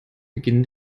beginn